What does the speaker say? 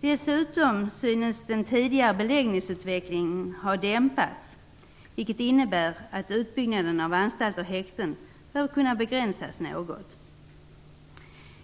Dessutom synes den tidigare beläggningsutvecklingen ha dämpats, vilket innebär att utbyggnaden av anstalter och häkten bör kunna begränsas något.